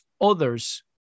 others